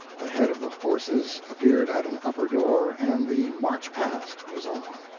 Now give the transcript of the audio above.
the head of the forces appeared at an upper door, and the march-past was on.